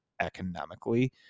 economically